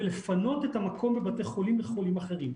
ולפנות את המקום בבתי חולים לחולים אחרים.